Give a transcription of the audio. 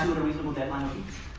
reasonable deadline? is